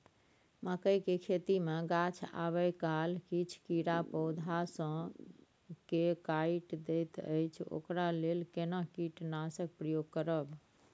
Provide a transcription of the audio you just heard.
मकई के खेती मे गाछ आबै काल किछ कीरा पौधा स के काइट दैत अछि ओकरा लेल केना कीटनासक प्रयोग करब?